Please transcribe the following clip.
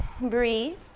Breathe